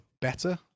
better